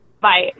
Bye